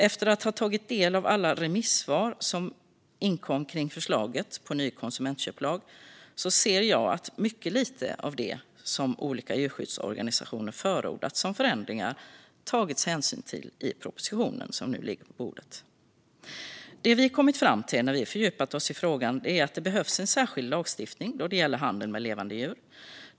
Efter att ha tagit del av alla remissvar som inkom kring förslaget till ny konsumentköplag ser jag att det i den proposition som nu ligger på bordet har tagits hänsyn till mycket lite av det som olika djurskyddsorganisationer förordat som förändringar. Det vi kommit fram till när vi fördjupat oss i frågan är att det behövs en särskild lagstiftning då det gäller handel med levande djur.